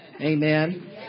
Amen